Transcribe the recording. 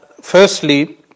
firstly